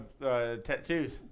Tattoos